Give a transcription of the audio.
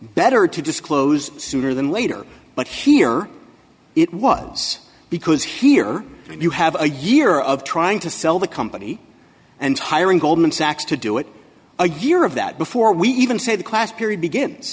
better to disclose sooner than later but here it was because here you have a year of trying to sell the company and hiring goldman sachs to do it a year of that before we even say the class period begins